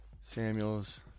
Samuels